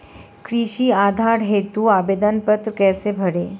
कृषि उधार हेतु आवेदन पत्र कैसे भरें?